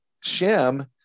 Shem